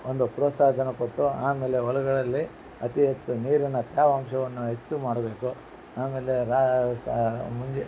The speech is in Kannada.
ಒಂದು ಪ್ರೋತ್ಸಾಹ ಧನ ಕೊಟ್ಟು ಆಮೇಲೆ ಹೊಲಗಳಲ್ಲಿ ಅತೀ ಹೆಚ್ಚು ನೀರಿನ ತೇವಾಂಶವನ್ನು ಹೆಚ್ಚು ಮಾಡಬೇಕು ಆಮೇಲೆ ರಾ ಸಾ ಮುಂಚೆ